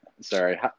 Sorry